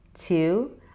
Two